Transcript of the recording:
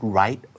right